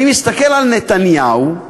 אני מסתכל על נתניהו,